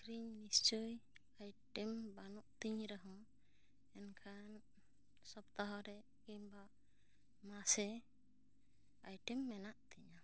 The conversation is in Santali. ᱟᱠᱷᱨᱤᱧ ᱱᱤᱥᱪᱚᱭ ᱟᱭᱴᱮᱢ ᱵᱟᱹᱱᱩᱜ ᱛᱤᱧ ᱨᱮᱦᱚᱸ ᱮᱱᱠᱷᱟᱱ ᱥᱚᱯᱛᱟᱦᱚ ᱨᱮ ᱠᱤᱝᱵᱟ ᱢᱟᱥᱮ ᱟᱭᱴᱮᱢ ᱢᱮᱱᱟᱜ ᱛᱤᱧᱟ